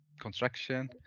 construction